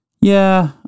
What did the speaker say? Yeah